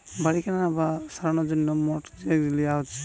বাড়ি কেনার বা সারানোর জন্যে মর্টগেজ লিয়া হচ্ছে